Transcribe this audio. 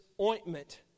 ointment